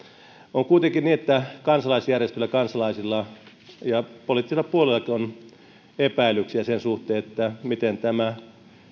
on kuitenkin niin että kansalaisjärjestöillä kansalaisilla ja poliittisilla puolueillakin on epäilyksiä sen suhteen miten tämä